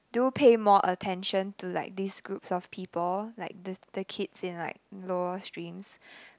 do pay more attention to like these groups of people like the the kids in like lower streams